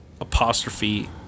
apostrophe